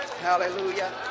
Hallelujah